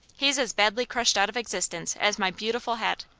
he's as badly crushed out of existence as my beautiful hat.